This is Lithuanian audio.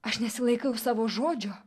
aš nesilaikau savo žodžio